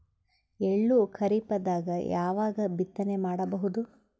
ಎಳ್ಳು ಖರೀಪದಾಗ ಯಾವಗ ಬಿತ್ತನೆ ಮಾಡಬಹುದು?